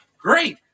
Great